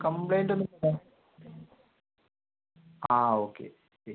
complaint ഒന്നും ആ okay ശരി ശരി